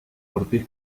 ortiz